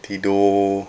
tidur